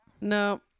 No